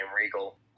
Regal